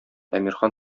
әмирхан